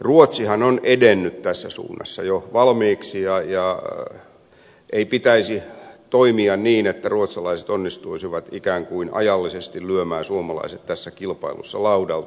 ruotsihan on edennyt tässä suunnassa jo valmiiksi eikä pitäisi toimia niin että ruotsalaiset onnistuisivat ikään kuin ajallisesti lyömään suomalaiset tässä kilpailussa laudalta